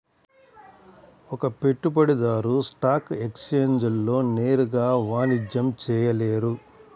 ఒక పెట్టుబడిదారు స్టాక్ ఎక్స్ఛేంజ్లలో నేరుగా వాణిజ్యం చేయలేరు